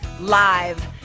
Live